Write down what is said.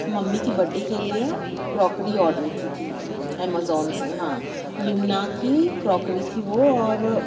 mummy کی birthday کے لیے کروکری آڈر کی تھی امیزون سے ہاں لیمنا کی کروکری تھی وہ اور